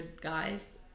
guys